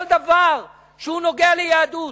למלחמה על כל דבר שנוגע ליהדות.